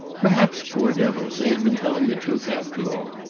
perhaps, poor devils, they had been telling the truth after all.